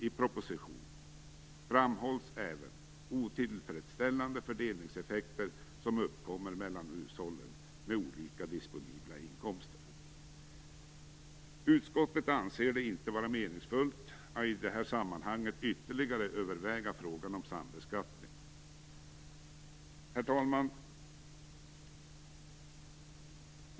I propositionen framhålls även de otillfredsställande fördelningseffekter som uppkommer mellan hushållen med olika disponibla inkomster. Utskottet anser det inte vara meningsfullt att i detta sammanhang ytterligare överväga frågan om sambeskattning. Herr talman!